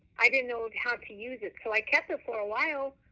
i didn't know how to use it, so i kept it for a while.